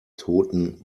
toten